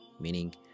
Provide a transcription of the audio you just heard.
meaning